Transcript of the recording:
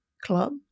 Club